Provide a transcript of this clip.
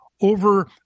over